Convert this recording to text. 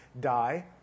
die